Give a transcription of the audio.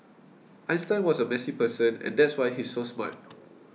Einstein was a messy person and that's why he's so smart